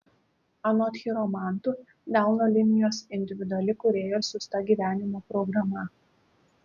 anot chiromantų delno linijos individuali kūrėjo siųsta gyvenimo programa